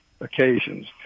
occasions